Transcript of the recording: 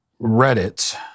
Reddit